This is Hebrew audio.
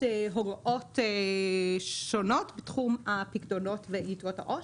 הוראות שונות בתחום הפיקדונות ויתרות העו"ש.